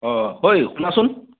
অ ঐ শুনাচোন